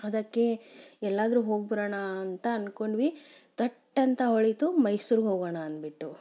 ಅದಕ್ಕೆ ಎಲ್ಲಾದರೂ ಹೋಗಿಬರೋಣ ಅಂತ ಅಂದ್ಕೊಂಡ್ವಿ ಥಟ್ ಅಂತ ಹೊಳೀತು ಮೈಸೂರ್ಗೆ ಹೋಗೋಣ ಅಂದುಬಿಟ್ಟು